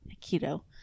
keto